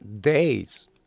days